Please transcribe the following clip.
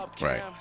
Right